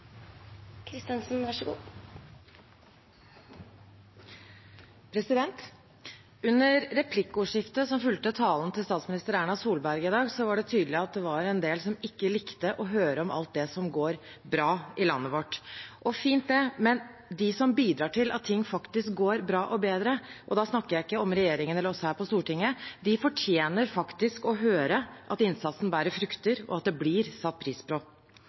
Under replikkordskiftet som fulgte talen til statsminister Erna Solberg i dag, var det tydelig at det var en del som ikke likte å høre om alt det som går bra i landet vårt. Det er fint, det, men de som bidrar til at ting faktisk går bra og bedre – og da snakker jeg ikke om regjeringen eller oss her på Stortinget – fortjener å høre at innsatsen bærer frukter, og at det blir satt pris på.